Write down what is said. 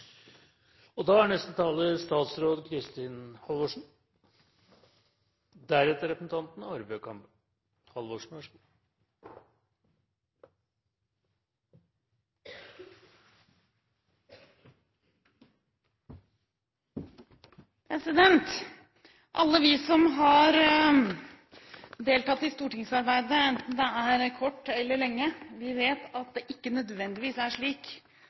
Alle vi som har deltatt i stortingsarbeid, enten det er kort eller lenge, vet at det ikke nødvendigvis er slik